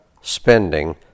spending